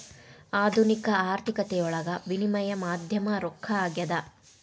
ಆಧುನಿಕ ಆರ್ಥಿಕತೆಯೊಳಗ ವಿನಿಮಯ ಮಾಧ್ಯಮ ರೊಕ್ಕ ಆಗ್ಯಾದ